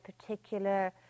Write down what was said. particular